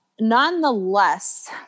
Nonetheless